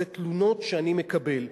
זה תלונות שאני מקבל.